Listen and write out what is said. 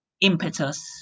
impetus